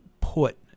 put